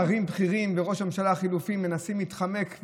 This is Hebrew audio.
שרים בכירים וראש הממשלה החלופי מנסים להתחמק,